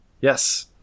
yes